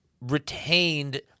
retained